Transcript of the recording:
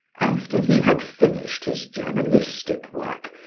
after he had finished his journalistic work,